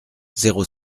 zéro